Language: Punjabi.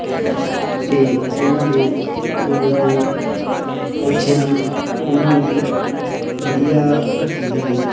ਅਤੇ ਇਹਨਾਂ ਦੇ ਦੋ ਜੋ ਵੱਛੇ ਹਨ ਉਹਨਾਂ ਨੂੰ ਵਧੀਆ ਰੱਖੀ ਦਾ ਜੀ